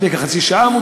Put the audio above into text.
לפני כחצי שעה,